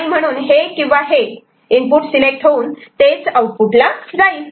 आणि म्हणून हे किंवा हे इनपुट सिलेक्ट होऊन तेच आऊटपुटला जाईल